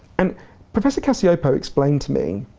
and professor cacioppo explained to me,